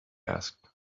asked